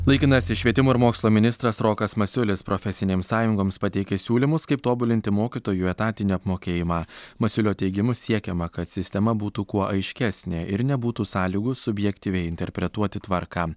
laikinasis švietimo ir mokslo ministras rokas masiulis profesinėms sąjungoms pateikė siūlymus kaip tobulinti mokytojų etatinį apmokėjimą masiulio teigimu siekiama kad sistema būtų kuo aiškesnė ir nebūtų sąlygų subjektyviai interpretuoti tvarką